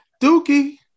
Dookie